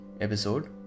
episode